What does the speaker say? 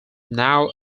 now